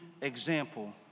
example